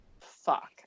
fuck